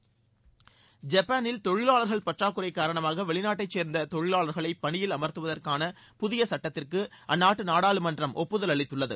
Japan நாடாளுமன்றம் ஜப்பானில் தொழிலாளர்கள் பற்றாக்குறை காரணமாக வெளிநாட்டைச் சேர்ந்த தொழிலாளர்களை பணியில் அமர்த்துவதற்கான புதிய சுட்டத்திற்கு அந்நாட்டு நாடாளுமன்றம் ஒப்புதல் அளித்துள்ளது